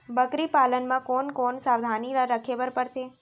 बकरी पालन म कोन कोन सावधानी ल रखे बर पढ़थे?